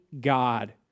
God